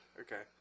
okay